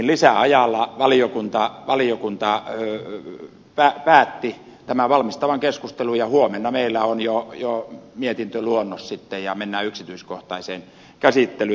lisäajalla valiokunta päätti tämän valmistavan keskustelun ja huomenna meillä on jo sitten mietintöluonnos ja mennään yksityiskohtaiseen käsittelyyn